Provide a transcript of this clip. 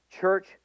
church